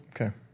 Okay